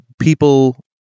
people